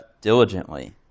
diligently